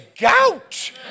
gout